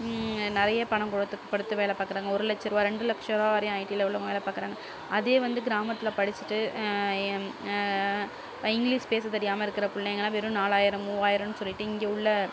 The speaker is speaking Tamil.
நிறைய பணம் கொடுத்து கொடுத்து வேலை பார்க்குறாங்க ஒரு லட்சருபா ரெண்டு லட்சருவா வரைக்கும் ஐடியில உள்ளவங்க வேலை பார்க்குறாங்க அதே வந்து கிராமத்தில் படிச்சிட்டு இங்கிலிஷ் பேச தெரியாமல் இருக்கிற பிள்ளைங்களாம் வெறும் நாலாயிரம் மூவாயிரம்னு சொல்லிட்டு இங்கே உள்ள